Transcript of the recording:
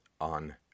on